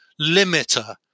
limiter